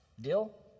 Deal